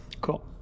cool